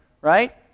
Right